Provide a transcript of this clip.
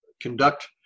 conduct